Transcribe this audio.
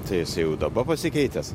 tai isai jau daba pasikeitęs